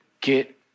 get